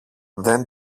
δεν